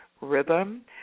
rhythm